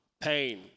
pain